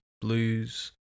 blues